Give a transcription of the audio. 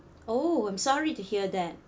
oh I'm sorry to hear that